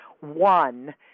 one